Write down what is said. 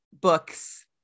books